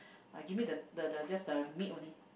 uh give me the the the just the meat only